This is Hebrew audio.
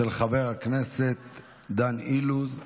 של חבר הכנסת דן אילוז.